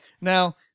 Now